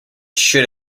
should